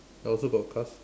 I also got cast